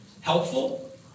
helpful